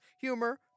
humor